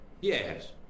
Yes